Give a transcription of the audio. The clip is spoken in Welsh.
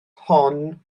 hon